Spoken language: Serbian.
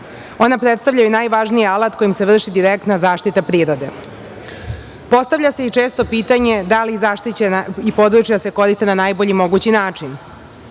Ona predstavljaju najvažniji alat kojim se vrši direktna zaštita prirode. Postavlja se često pitanje da li se zaštićena područja koriste na najbolji mogući način?